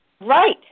Right